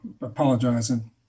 Apologizing